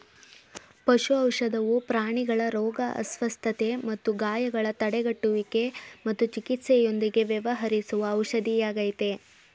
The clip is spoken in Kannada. ಪಶು ಔಷಧವು ಪ್ರಾಣಿಗಳ ರೋಗ ಅಸ್ವಸ್ಥತೆ ಮತ್ತು ಗಾಯಗಳ ತಡೆಗಟ್ಟುವಿಕೆ ಮತ್ತು ಚಿಕಿತ್ಸೆಯೊಂದಿಗೆ ವ್ಯವಹರಿಸುವ ಔಷಧಿಯಾಗಯ್ತೆ